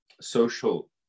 social